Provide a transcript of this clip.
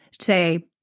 Say